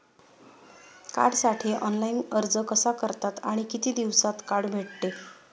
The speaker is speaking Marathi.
कार्डसाठी ऑनलाइन अर्ज कसा करतात आणि किती दिवसांत कार्ड भेटते?